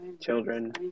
children